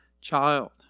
child